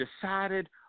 decided